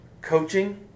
Coaching